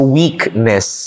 weakness